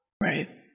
Right